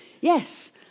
Yes